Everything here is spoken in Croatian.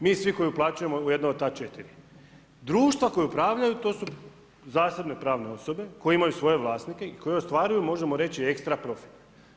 Mi svi koja uplaćujemo u jedno od ta 4. Društva koja upravljaju to su zasebne pravne osobe, koje imaju svoje vlasnike i koje ostvaruju, možemo reći ekstra profit.